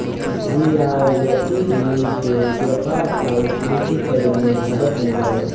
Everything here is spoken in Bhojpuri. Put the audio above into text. रियायती रिन से व्यापार आउर कृषि करे में मदद मिलला